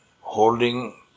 holding